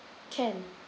can